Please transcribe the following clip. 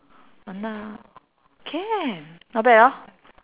!hanna! can not bad hor